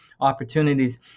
opportunities